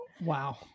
Wow